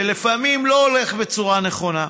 שלפעמים לא הולכים בצורה נכונה.